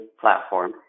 platform